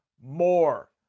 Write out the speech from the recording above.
more